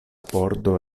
pordo